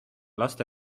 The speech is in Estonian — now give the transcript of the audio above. laste